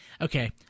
okay